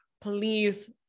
please